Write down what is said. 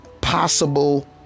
possible